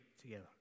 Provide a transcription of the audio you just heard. together